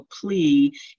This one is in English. plea